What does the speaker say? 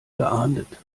geahndet